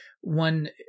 one